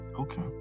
Okay